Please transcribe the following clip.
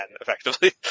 effectively